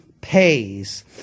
pays